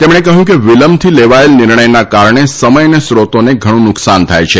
તેમણે કહ્યું કે વિલંબથી લેવાયેલ નિર્ણયના કારણે સમય તથા સ્ત્રોતોને ઘણું નુકસાન થાય છે